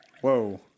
Whoa